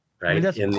right